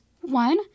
one